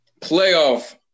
playoff